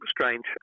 strange